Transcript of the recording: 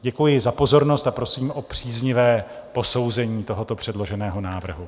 Děkuji za pozornost a prosím o příznivé posouzení tohoto předloženého návrhu.